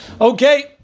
Okay